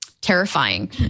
terrifying